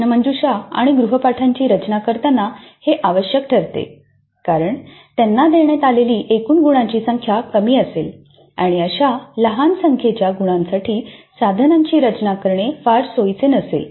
प्रश्नमंजुषा आणि गृहपाठाची रचना करताना हे आवश्यक ठरते कारण त्यांना देण्यात आलेली एकूण गुणांची संख्या कमी असेल आणि अशा लहान संख्येच्या गुणांसाठी साधनांची रचना करणे फार सोयीचे नसेल